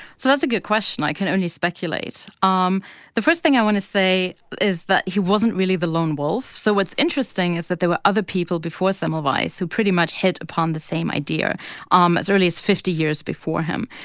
so that's a good question i can only speculate. um the first thing i want to say is that he wasn't really the lone wolf. so what's interesting is that there were other people before semmelweis who pretty much hit upon the same idea um as early as fifty years before him.